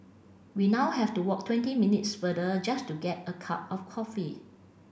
we now have to walk twenty minutes further just to get a cup of coffee